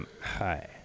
hi